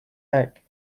like